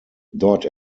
dort